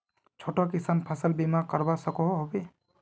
छोटो किसान फसल बीमा करवा सकोहो होबे?